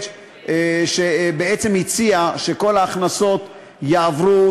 שבעצם הציע שכל ההכנסות יעברו